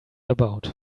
about